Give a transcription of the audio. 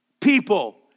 people